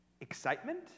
excitement